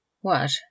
What